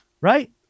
right